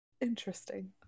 interesting